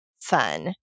fun